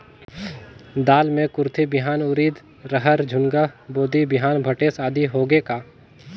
दाल मे कुरथी बिहान, उरीद, रहर, झुनगा, बोदी बिहान भटेस आदि होगे का?